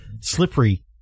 slippery